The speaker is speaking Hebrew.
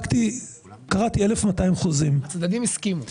וקראתי 1,200 חוזים --- שהצדדים הסכימו.